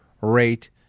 rate